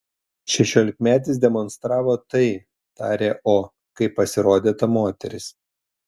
šešiolikmetis demonstravo tai tarė o kai pasirodė ta moteris